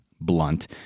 blunt